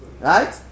right